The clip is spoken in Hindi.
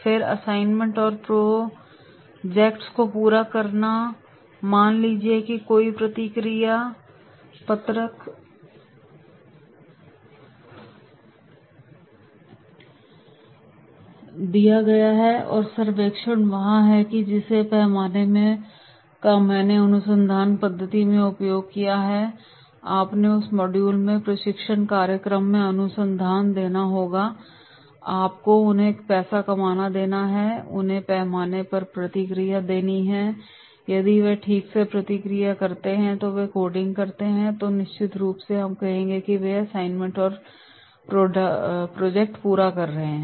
फिर असाइनमेंट और प्रोजेक्ट्स को पूरा करना मान लीजिए कि कोई भी प्रतिक्रिया पत्रक दिया गया है सर्वेक्षण वहाँ है या जिस पैमाने का मैंने अनुसंधान पद्धति में उपयोग किया है आपने उस मॉड्यूल में प्रशिक्षण कार्यक्रम में अनुसंधान देखा होगा कि आपको उन्हें कैसे पैमाना देना है उन्हें पैमाने पर प्रतिक्रिया देनी होती है और यदि वे ठीक से प्रतिक्रिया करते हैं तो यह कोडिंग करते हैं तो निश्चित रूप से हम कहेंगे कि वे असाइनमेंट और प्रोजेक्ट पूरा कर रहे हैं